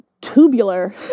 tubular